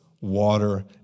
water